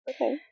okay